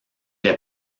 est